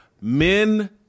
Men